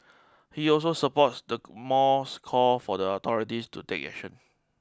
he also supports the mall's call for the authorities to take action